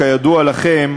כידוע לכם,